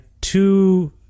two